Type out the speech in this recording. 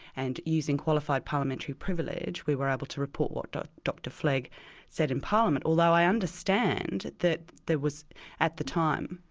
and using qualified parliamentary privilege we were able to report what dr flegg said in parliament. although i understand that there was at the time,